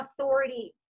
authority